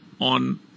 on